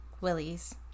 willies